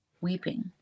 weeping